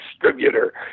distributor